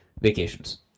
vacations